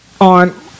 on